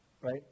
right